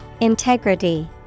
Integrity